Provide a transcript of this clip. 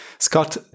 Scott